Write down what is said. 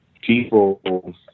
people